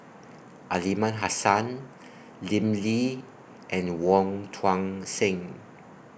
Aliman Hassan Lim Lee and Wong Tuang Seng